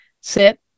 sit